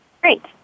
Great